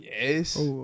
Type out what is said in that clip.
Yes